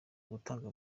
gutanga